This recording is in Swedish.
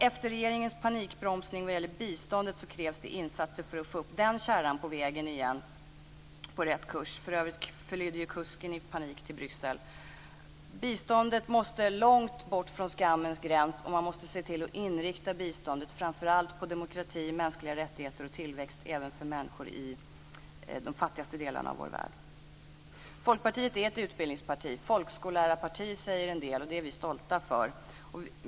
Efter regeringens panikbromsning vad gäller biståndet krävs det insatser för att få upp den kärran på vägen på rätt kurs igen. För övrigt flydde ju kusken i panik till Bryssel. Biståndet måste långt bort från skammens gräns. Man måste se till att inrikta biståndet framför allt på demokrati, mänskliga rättigheter och tillväxt även för människor i de fattigaste delarna av vår värld. Folkpartiet är ett utbildningsparti. Folkskollärarparti, säger en del, och det är vi stolta för.